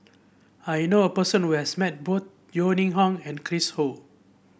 I know a person who has met both Yeo Ning Hong and Chris Ho